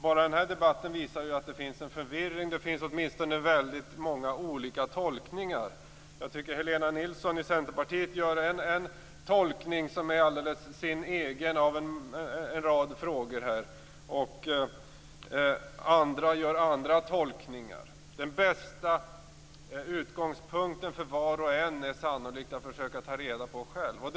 Bara den här debatten visar att det finns en förvirring. Det finns åtminstone väldigt många olika tolkningar. Jag tycker att Helena Nilsson i Centerpartiet gör en tolkning, som är alldeles sin egen, av en rad frågor. Andra gör andra tolkningar. Den bästa utgångspunkten för var och en är sannolikt att själv försöka att ta reda på vad som står i fördraget.